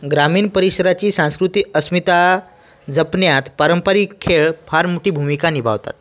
ग्रामीण परिसराची संस्कृती अस्मिता जपण्यात पारंपरिक खेळ फार मोठी भूमिका निभावतात